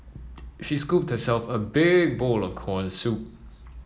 she scooped herself a big bowl of corn soup